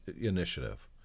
initiative